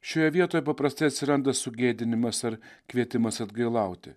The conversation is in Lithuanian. šioje vietoje paprastai atsiranda sugėdinimas ar kvietimas atgailauti